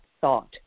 thought